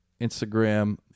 instagram